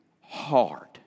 hard